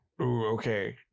Okay